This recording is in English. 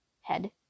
head